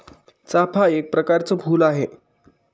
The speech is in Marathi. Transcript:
चाफा एक प्रकरच फुल आहे